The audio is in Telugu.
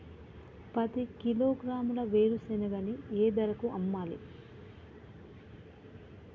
పది కిలోగ్రాముల వేరుశనగని ఏ ధరకు అమ్మాలి?